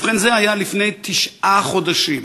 ובכן, זה היה לפני תשעה חודשים.